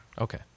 Okay